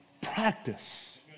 Practice